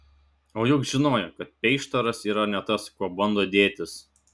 o juk žinojo kad peištaras yra ne tas kuo bando dėtis